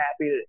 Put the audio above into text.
happy